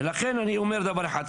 ולכן אני אומר דבר אחד,